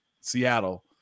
Seattle